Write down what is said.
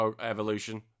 evolution